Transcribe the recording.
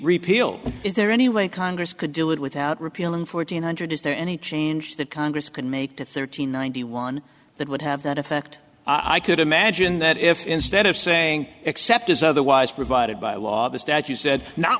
repealed is there any way congress could do it without repeal in fourteen hundred is there any change that congress could make to thirty nine the one that would have that effect i could imagine that if instead of saying except as otherwise provided by law the statute said not